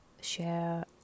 share